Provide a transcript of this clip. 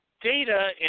data